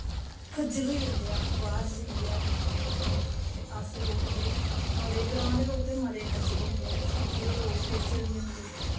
खज्जल होई जंदे ऐ अस बाह्र जाइयै हां ते अस लोग ते मते ग्रांऽ दे लोग ते मते होंदे ऐ सीटी दे लोग फिर चली जंदे ऐ